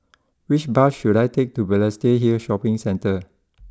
which bus should I take to Balestier Hill Shopping Centre